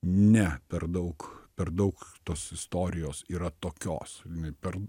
ne per daug per daug tos istorijos yra tokios per